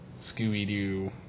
Scooby-Doo